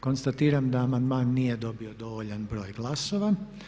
Konstatiram da amandman nije dobio dovoljan broj glasova.